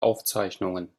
aufzeichnungen